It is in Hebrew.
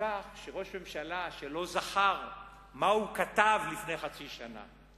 מכך שראש הממשלה שלא זכר מה הוא כתב לפני חצי שנה,